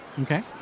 Okay